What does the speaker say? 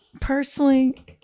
personally